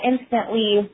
instantly